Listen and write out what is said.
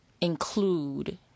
include